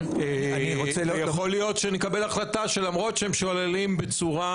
יכול להיות שנקבל החלטה שלמרות שהם שוללים בצורה